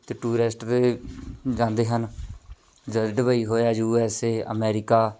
ਅਤੇ ਟੂਰਿਸਟ 'ਤੇ ਜਾਂਦੇ ਹਨ ਜਿੱਦਾਂ ਡਵੱਈ ਹੋਇਆ ਯੂ ਐੱਸ ਏ ਅਮੈਰੀਕਾ